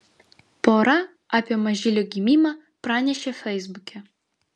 pora apie mažylio gimimą pranešė feisbuke